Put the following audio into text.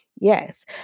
Yes